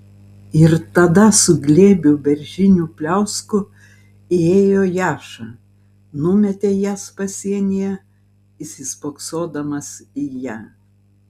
ir tada su glėbiu beržinių pliauskų įėjo jaša numetė jas pasienyje įsispoksodamas į ją